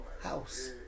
house